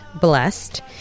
blessed